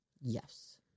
Yes